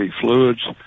fluids